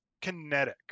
kinetic